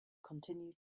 continue